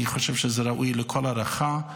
אני חושב שזה ראוי לכל הערכה.